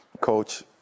coach